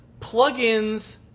plugins